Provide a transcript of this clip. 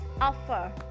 offer